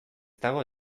dago